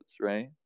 right